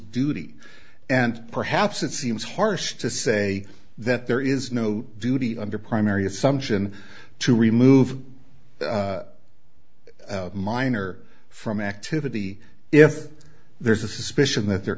duty and perhaps it seems harsh to say that there is no duty under primary assumption to remove a minor from activity if there's a suspicion that they're